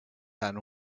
tant